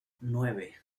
nueve